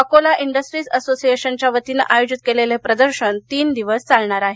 Akola industries असोसिएशनच्या वतीनं आयोजित केलेलं हे प्रदर्शन तीन दिवस चालणार आहे